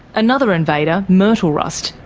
another invader, myrtle rust,